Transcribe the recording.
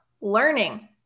learning